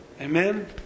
Amen